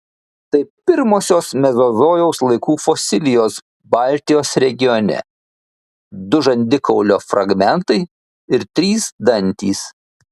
tai pirmosios mezozojaus laikų fosilijos baltijos regione du žandikaulio fragmentai ir trys dantys